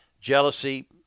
Jealousy